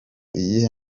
iyihe